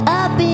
up